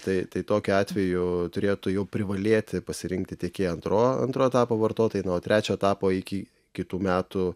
tai tai tokiu atveju turėtų jau privalėti pasirinkti tiekėją antro antro etapo vartotojai na o trečio etapo iki kitų metų